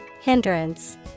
Hindrance